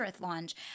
launch